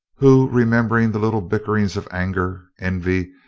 who, remembering the little bickerings of anger, envy,